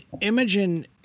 Imogen